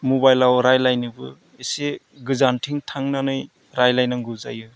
मुबाइलाव रायज्लायनोबो इसे गोजानथिं थांनानै रायज्लायनांगौ जायो